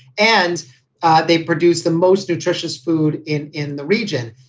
and they produce the most nutritious food in in the region.